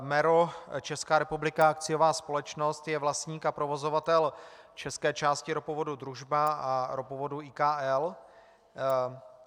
MERO Česká republika, akciová společnost, je vlastník a provozovatel české části ropovodu Družba a ropovodu IKL.